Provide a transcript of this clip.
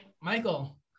Michael